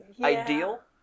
ideal